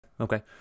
Okay